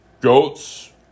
goats